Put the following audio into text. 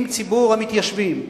עם ציבור המתיישבים,